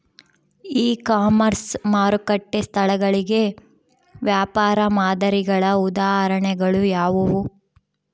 E commerce ಮಾರುಕಟ್ಟೆ ಸ್ಥಳಗಳಿಗೆ ವ್ಯಾಪಾರ ಮಾದರಿಗಳ ಉದಾಹರಣೆಗಳು ಯಾವುವು?